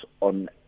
on